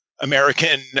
American